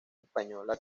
española